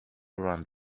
ran